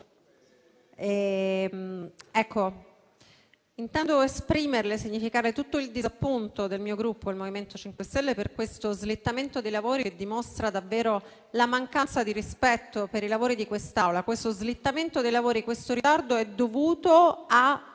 intendo esprimerle e significarle tutto il disappunto del mio Gruppo, il MoVimento 5 Stelle, per questo slittamento dei lavori che dimostra davvero la mancanza di rispetto per i lavori di questa Assemblea. Questo ritardo è dovuto a